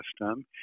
system